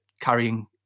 carrying